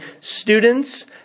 students